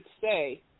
say